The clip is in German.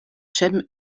cem